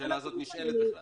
השאלה הזאת נשאלת בכלל?